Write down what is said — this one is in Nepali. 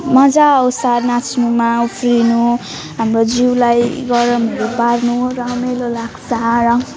मजा आउँछ नाच्नुमा उफ्रिनु हाम्रो जिउलाई गरमहरू पार्नु रमाइलो लाग्छ र